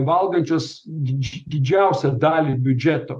valgančios dydž didžiausią dalį biudžeto